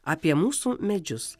apie mūsų medžius